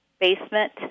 basement